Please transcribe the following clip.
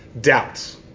Doubts